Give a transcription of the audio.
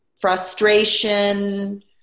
frustration